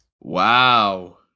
Wow